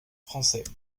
français